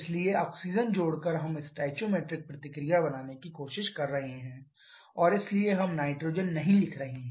इसलिए ऑक्सीजन जोड़कर हम स्टोइकोमेट्रिक प्रतिक्रिया बनाने की कोशिश कर रहे हैं और इसलिए हम नाइट्रोजन नहीं लिख रहे हैं